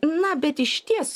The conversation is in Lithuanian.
na bet išties